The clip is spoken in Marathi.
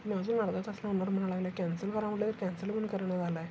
तुम्ही अजून अर्धा तास लागणार म्हणायला लागला आहे कॅन्सल करा म्हणलं तर कॅन्सल पण करेना झाला आहे